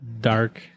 Dark